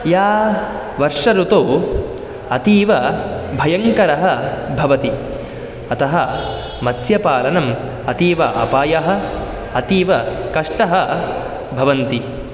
या वर्षा ऋतौ अतीवभयङ्करः भवति अतः मत्स्यपालनम् अतीव अपायः अतीव कष्टः भवन्ति